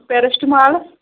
paracetamol